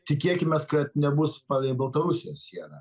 tikėkimės kad nebus palei baltarusijos sieną